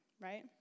right